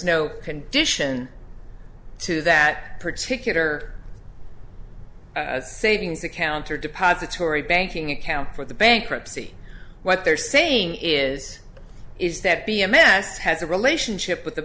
no condition to that particular a savings account or depository banking account for the bankruptcy what they're saying is is that b m s has a relationship with the